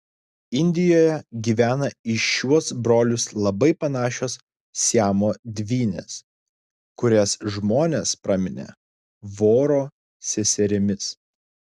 indijoje gyvena į šiuos brolius labai panašios siamo dvynės kurias žmonės praminė voro seserimis